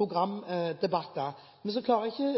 Men jeg klarer ikke